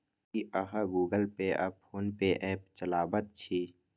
की अहाँ गुगल पे आ फोन पे ऐप चलाबैत छी?